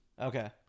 Okay